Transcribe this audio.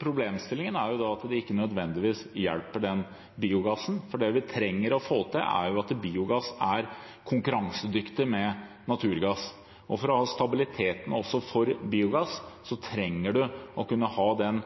Problemstillingen er at det ikke nødvendigvis hjelper biogassen, for det vi trenger å få til, er at biogass er konkurransedyktig med naturgass. For å ha stabilitet for biogass, trenger man å kunne ha den